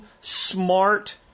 smart